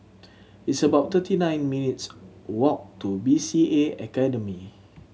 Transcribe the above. it's about thirty nine minutes' walk to B C A Academy